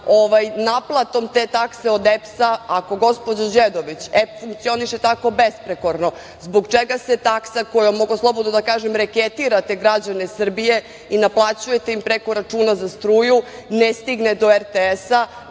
naplatom te takse od EPS-a, ako gospođa Đedović funkcioniše tako besprekorno zbog čega se taksa kojom mogu slobodno da kažem reketirate građane Srbije i naplaćujete preko računa za struju ne stigne do RTS-a,